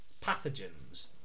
pathogens